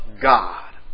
God